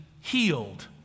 healed